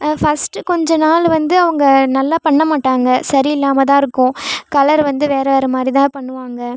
first கொஞ்சம் நாள் வந்து அவங்க நல்லா பண்ணமாட்டாங்க சரி இல்லாமல் தான் இருக்கும் கலர் வந்து வேறு வேறமாதிரி தான் பண்ணுவாங்க